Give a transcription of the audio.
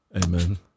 Amen